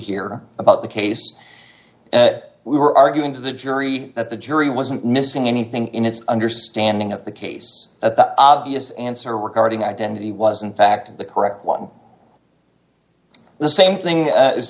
hear about the case we were arguing to the jury that the jury wasn't missing anything in its understanding of the case at the obvious answer regarding identity was in fact the correct one the same thing is